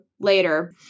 later